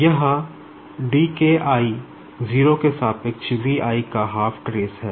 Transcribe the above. यह dKi 0 के सापेक्ष V i का हाफ ट्रेस है